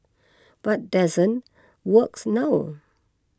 but doesn't works now